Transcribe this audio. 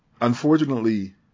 Unfortunately